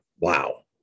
Wow